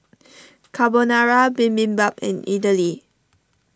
Carbonara Bibimbap and Idili